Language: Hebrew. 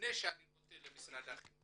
לפני שמשרד החינוך